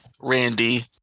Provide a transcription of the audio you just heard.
Randy